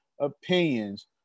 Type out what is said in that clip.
opinions